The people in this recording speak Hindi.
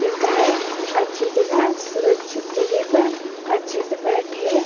कि गाय अच्छी जगह सुरक्षित जगह पर अच्छे से बैठे